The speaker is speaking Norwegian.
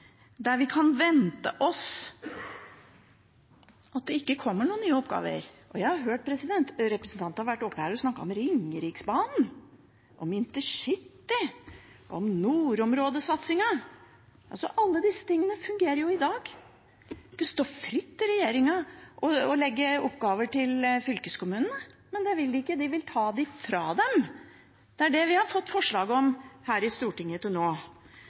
der vi kan vente oss at det ikke kommer noen nye oppgaver. Jeg har hørt representanter være oppe her og snakke om Ringeriksbanen, om intercity, om nordområdesatsingen. Alle disse tingene fungerer jo i dag. Det står regjeringen fritt å legge oppgaver til fylkeskommunene, men det vil de ikke, de vil ta oppgavene fra dem. Det er det vi har fått forslag om her i Stortinget til nå.